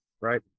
Right